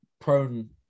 prone